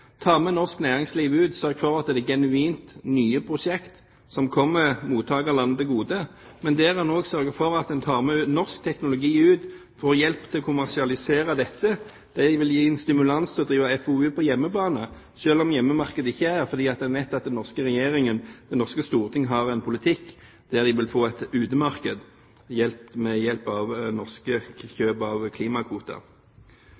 ta med norsk næringsliv ut når en gjør CDM-prosjekt, sørge for at det er genuint nye prosjekt som kommer mottakerlandet til gode – men at en òg sørger for at en tar med norsk teknologi ut, får hjelp til å kommersialisere dette. Det vil gi en stimulans til å drive FoU-arbeid på hjemmebane, selv om hjemmemarkedet ikke er der fordi en vet at den norske regjeringen, det norske stortinget, har en politikk der de vil få et utemarked ved hjelp av